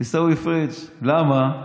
עיסאווי פריג', למה?